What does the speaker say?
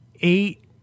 eight